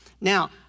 now